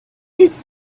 his